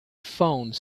phone